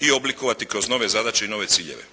i oblikovati kroz nove zadaće i nove ciljeve.